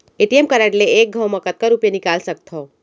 ATM card ले एक घव म कतका रुपिया निकाल सकथव?